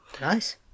Nice